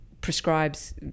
prescribes